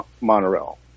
monorail